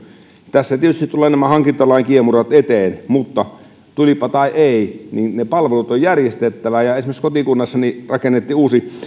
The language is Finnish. tässä tietysti tulevat nämä hankintalain kiemurat eteen mutta tulivatpa tai eivät niin ne palvelut on järjestettävä esimerkiksi kotikunnassani rakennettiin